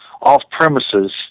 off-premises